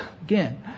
Again